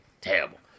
terrible